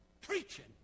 Preaching